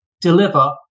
deliver